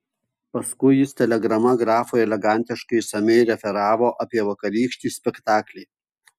paskui jis telegrama grafui elegantiškai išsamiai referavo apie vakarykštį spektaklį